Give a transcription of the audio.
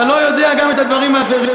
אתה לא יודע גם את הדברים האחרים.